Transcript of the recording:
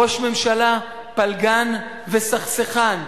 ראש ממשלה פלגן וסכסכן.